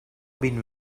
been